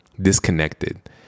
disconnected